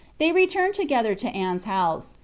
they returned together to anne s house,